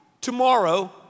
tomorrow